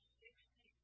sixty